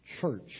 church